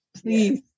Please